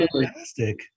fantastic